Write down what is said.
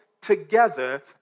together